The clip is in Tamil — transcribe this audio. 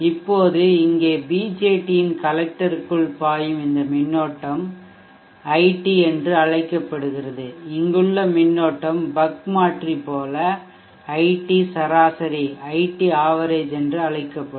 இப்போது இங்கே பிஜேடியின் கலெக்டருக்குள் பாயும் இந்த மின்னோட்டம் ஐடி என்று அழைக்கப்படுகிறது இங்குள்ள மின்னோட்டம் பக் மாற்றி போல ஐடி சராசரி என்று அழைக்கப்படும்